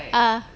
ah